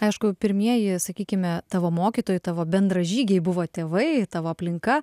aišku pirmieji sakykime tavo mokytojai tavo bendražygiai buvo tėvai tavo aplinka